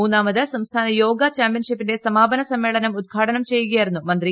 മൂന്നാമത് സംസ്ഥാന യോഗ് ചാമ്പ്യൻഷിവപ്പിന്റെ സമാപന സമ്മേളനം ഉദ്ഘാടനം ചെയ്യുകയായിരുന്നു മന്ത്രി